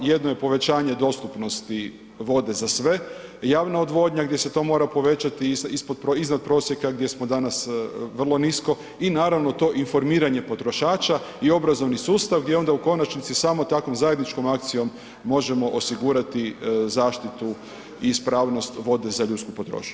Jedno je povećanje dostupnosti vode za sve, javna odvodnja gdje se to mora povećati iznad prosjeka gdje smo danas vrlo nisko i naravno to informiranje potrošača i obrazovni sustav gdje onda u konačnici samo takvom zajedničkom akcijom možemo osigurati zaštitu i ispravnost vode za ljudsku potrošnju.